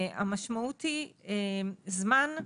המשמעות היא זמן,